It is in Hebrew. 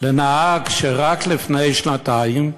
לנהג שרק לפני שנתיים,